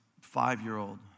five-year-old